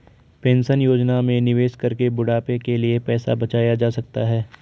pension योजना में निवेश करके बुढ़ापे के लिए पैसा बचाया जा सकता है